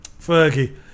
Fergie